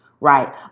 right